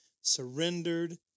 surrendered